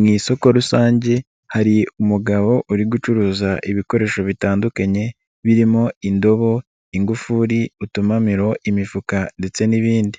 Mu isoko rusange hari umugabo uri gucuruza ibikoresho bitandukanye, birimo indobo, ingufuri, utumamamiro, imifuka ndetse n'ibindi,